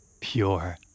pure